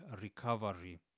recovery